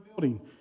building